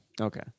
Okay